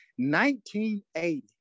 1980